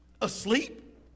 asleep